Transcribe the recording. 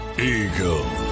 Eagle